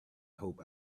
hope